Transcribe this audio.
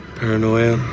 paranoia,